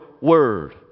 word